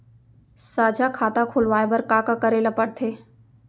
साझा खाता खोलवाये बर का का करे ल पढ़थे?